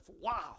Wow